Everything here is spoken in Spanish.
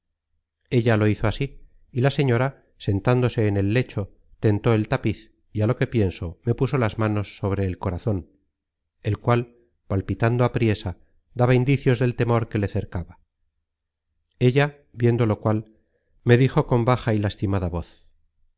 ella lo hizo así y la señora sentándose en el lecho tentó el tapiz y á lo que pienso me puso las manos sobre el corazon el cual palpitando apriesa daba indicios del temor que le cercaba ella viendo lo cual me dijo con baja y lastimada voz